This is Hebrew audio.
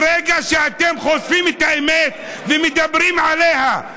ברגע שאתם חושפים את האמת ומדברים עליה.